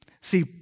See